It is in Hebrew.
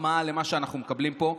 מחמאה למה שאנחנו מקבלים פה.